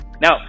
Now